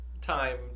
time